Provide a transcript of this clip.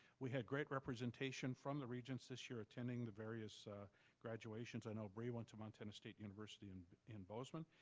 we had great representation from the regents this year attending the various graduations. i know bri went to montana state university and in bozeman.